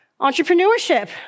entrepreneurship